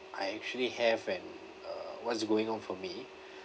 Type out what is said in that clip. I actually have an uh what's going on for me